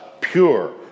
pure